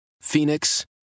Phoenix